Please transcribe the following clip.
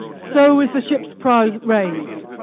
so is the ship's prows raised.